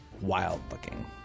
wild-looking